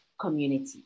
community